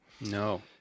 No